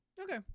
Okay